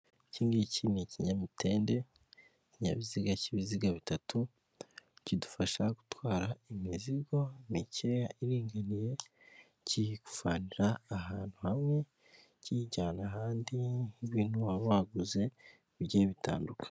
Iki ngiki ni ikinyamitende ikinyabiziga cy'ibiziga bitatu kidufasha gutwara imizigo mikeya iringaniye, kiyikuvanira ahantu hamwe kiyijyana ahandi ibintu waba waguze bigiye bitandukanye.